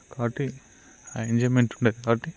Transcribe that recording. కాబట్టి ఆ ఎంజాయిమెంట్ ఉండదు కాబట్టి